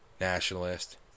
nationalist